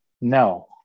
no